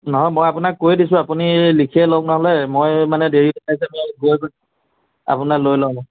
নহয় মই আপোনাক কৈ দিছোঁ আপুনি লিখিয়েই লওক নহ'লে মই মানে দেৰিকৈ গৈ আপোনাৰ লৈ ল'ম